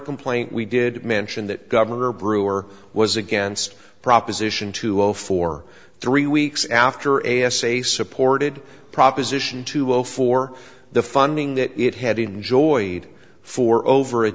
complaint we did mention that governor brewer was against proposition two o four three weeks after a s a supported proposition two o four the funding that it had enjoyed for over a